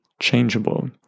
changeable